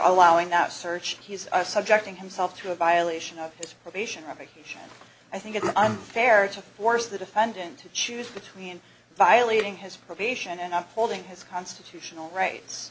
allowing that search subjecting himself to a violation of his probation revocation i think it's unfair to force the defendant to choose between violating his probation and up holding his constitutional rights